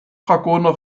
dragoner